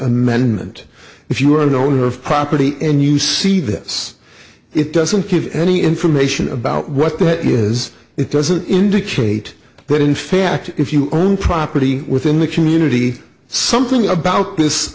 amendment if you are an owner of property and you see this it doesn't give any information about what it is it doesn't indicate but in fact if you own property within the community something about this